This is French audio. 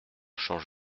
change